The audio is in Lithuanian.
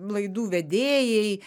laidų vedėjai